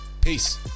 peace